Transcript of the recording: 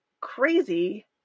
crazy